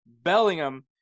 Bellingham